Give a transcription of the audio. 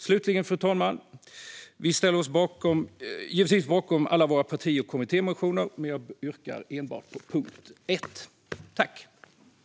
Slutligen, fru talman, ställer vi oss givetvis bakom alla våra parti och kommittémotioner, men jag yrkar bifall till enbart reservation 1 under punkt 1.